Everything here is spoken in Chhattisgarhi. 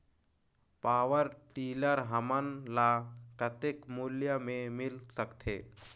पावरटीलर हमन ल कतेक मूल्य मे मिल सकथे?